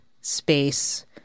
space